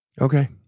Okay